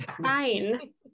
Fine